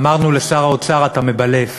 אמרנו לשר האוצר: אתה מבלף,